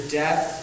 death